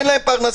אין להם פרנסה,